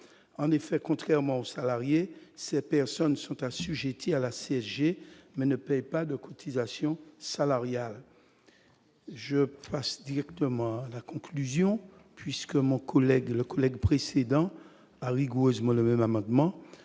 en effet, contrairement aux salariés, ces personnes sont assujettis à la CSG, mais ne paient pas de cotisations salariales. Je passe directement la conclusion puisque mon collègue le collègue précédent rigoureusement le même amendement